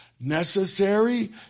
necessary